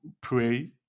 pray